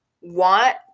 want